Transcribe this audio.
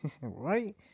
Right